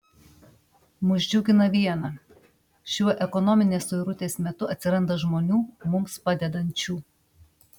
mus džiugina viena šiuo ekonominės suirutės metu atsiranda žmonių mums padedančių